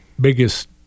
biggest